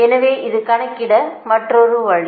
எனவே இது கணக்கிட மற்றொரு வழி